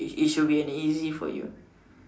it it should be an easy for you